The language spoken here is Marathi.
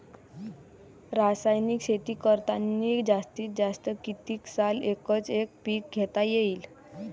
रासायनिक शेती करतांनी जास्तीत जास्त कितीक साल एकच एक पीक घेता येईन?